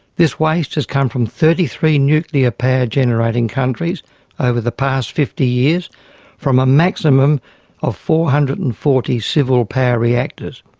this waste has come from thirty three nuclear power generating countries over the past fifty years from a maximum of four hundred and forty civil power reactors.